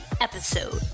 episode